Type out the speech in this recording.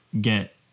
get